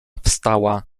wstała